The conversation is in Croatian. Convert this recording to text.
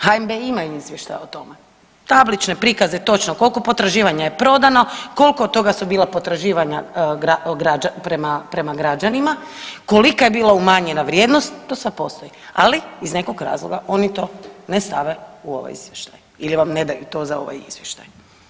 HNB ima izvještaj o tome, tablične prikaze točno koliko potraživanja je prodano, kolko od toga su bila potraživanja prema, prema građanima kolika je bila umanjena vrijednost to sve postoji, ali iz nekog razloga oni to ne stave u ovaj izvještaj ili vam ne daju to za ovaj izvještaj.